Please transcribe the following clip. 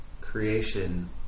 creation